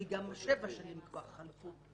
כי גם שבע שנים כבר חלפו.